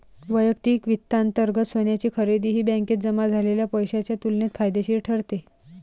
वैयक्तिक वित्तांतर्गत सोन्याची खरेदी ही बँकेत जमा झालेल्या पैशाच्या तुलनेत फायदेशीर ठरते